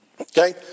Okay